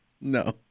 no